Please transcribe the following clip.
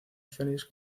phoenix